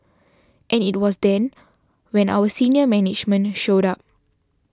and it was then when our senior management showed up